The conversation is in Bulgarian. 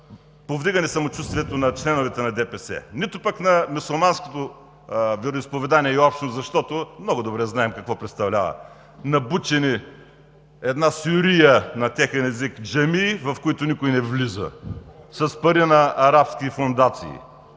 повдигане самочувствието на членовете на ДПС, нито пък на мюсюлманското вероизповедание общо, защото много добре знаем какво представлява – набучени една сюрия, на техен език, джамии, в които никой не влиза, с пари на арабски фондации.